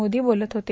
मोदी बोलत होते